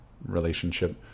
relationship